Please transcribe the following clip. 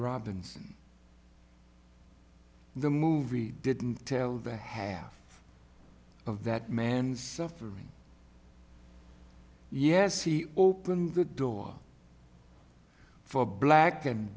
robinson the movie didn't tell the half of that man's suffering yes he opened the door for black and